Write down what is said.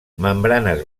membranes